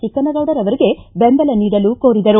ಚಿಕ್ಕನಗೌಡರ ಅವರಿಗೆ ಬೆಂಬಲ ನೀಡಲು ಕೋರಿದರು